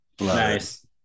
nice